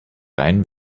rein